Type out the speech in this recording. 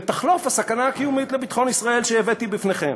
ותחלוף הסכנה הקיומית לביטחון ישראל שהבאתי בפניכם.